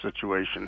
situation